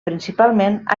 principalment